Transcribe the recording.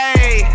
Hey